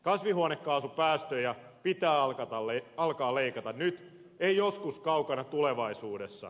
kasvihuonekaasupäästöjä pitää alkaa leikata nyt ei joskus kaukana tulevaisuudessa